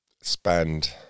spend